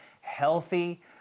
Healthy